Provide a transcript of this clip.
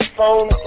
phone